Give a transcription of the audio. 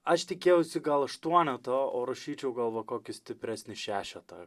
aš tikėjausi gal aštuoneto o rašyčiau gal va kokį stipresnį šešetą